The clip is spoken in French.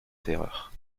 terreur